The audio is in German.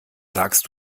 sagst